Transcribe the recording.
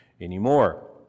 anymore